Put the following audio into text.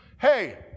Hey